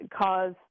cause